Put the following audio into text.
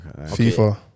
FIFA